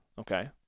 okay